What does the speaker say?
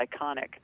iconic